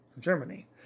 Germany